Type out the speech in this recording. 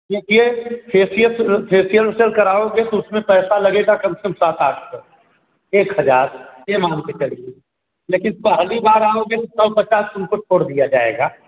facial facial facial वेसीयल कराओगे तो उसमें पैसा लगेगा कम से कम सात आठ सौ एक हजार ये मान के चलिये लेकिन पहली बार आओगे तो सौ पचास रुपये छोड़ दिया जायेगा